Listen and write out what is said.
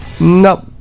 nope